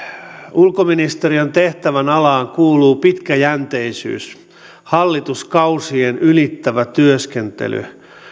ulkoministeriön tehtävänalaan kuuluu pitkäjänteisyys hallituskaudet ylittävä työskentely